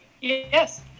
yes